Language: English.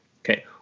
Okay